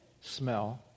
smell